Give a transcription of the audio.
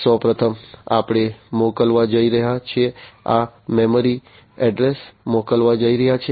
સૌ પ્રથમ આપણે મોકલવા જઈ રહ્યા છીએ આ મેમરી એડ્રેસ મોકલવા જઈ રહી છે